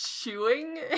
chewing